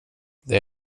det